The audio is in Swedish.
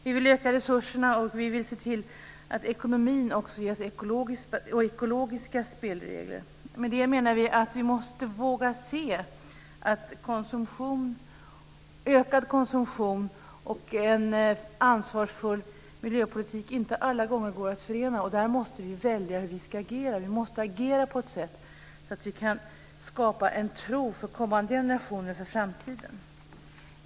Vi vill öka resurserna, och vi vill se till att ekonomin också ges ekologiska spelregler. Med det menar vi att vi måste våga se att ökad konsumtion och en ansvarsfull miljöpolitik inte alla gånger går att förena, och då måste vi välja hur vi ska agera. Vi måste agera på ett sådant sätt att kommande generationer kan tro på framtiden.